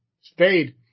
Spade